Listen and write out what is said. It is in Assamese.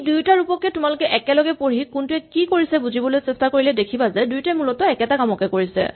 এই দুয়োটা ৰূপকে তোমালোকে একেলগে পঢ়ি কোনটোৱে কি কৰিছে বুজিবলৈ চেষ্টা কৰিলে দেখিবা যে দুয়োটাই মূলতঃ একেটা কামেই কৰিছে